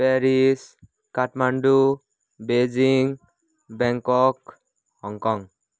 Paris Kathmandu Beijing Bangkok Hong Kong